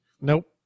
Nope